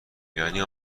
یعنی